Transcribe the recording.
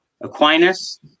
Aquinas